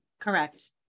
Correct